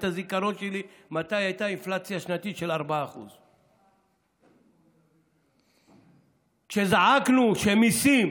את הזיכרון שלי מתי הייתה אינפלציה שנתית של 4%. כשזעקנו שמיסים